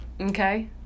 Okay